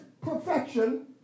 perfection